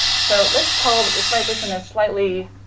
so let's call let's write this in a slightly,